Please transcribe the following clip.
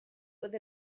with